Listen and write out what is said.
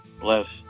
bless